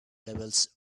levels